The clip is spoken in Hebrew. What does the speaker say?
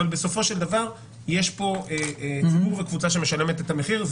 אבל בסופו של דבר יש כאן ציבור וקבוצה שמשלמת את המחיר.